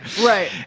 Right